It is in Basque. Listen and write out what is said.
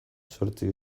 zortzi